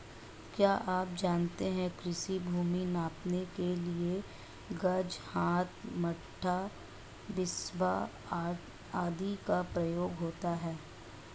क्या आप जानते है कृषि भूमि नापने के लिए गज, हाथ, गट्ठा, बिस्बा आदि का प्रयोग होता है?